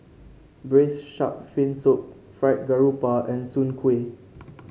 Braised Shark Fin Soup Fried Garoupa and Soon Kuih